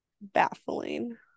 Baffling